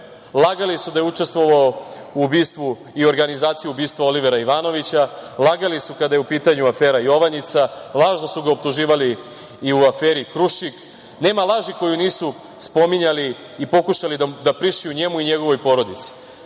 Lagali su da je učestvovao u ubistvu i organizaciji ubistva Olivera Ivanovića, lagali su kada je u pitanju afera „Jovanjica“, lažno su ga optuživali i u aferi „Krušik“, nema laži koju nisu spominjali i pokušali da prišiju njemu i njegovoj porodici.Za